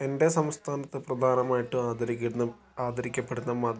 എൻ്റെ സംസ്ഥാനത്ത് പ്രധനമായിട്ടും ആധരിക്കുന്ന ആദരിക്കപ്പെടുന്ന